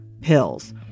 pills